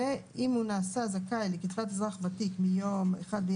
(4)אם נעשה זכאי לתשלום קצבת אזרח ותיק מיום י"ז בטבת התשפ"א